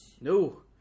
No